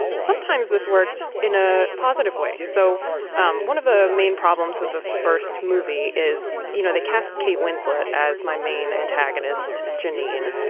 sometimes this worked in a positive way. so um one of the main problems of the first movie is, you know, the cast, kate winslet as my main antagonist, janine.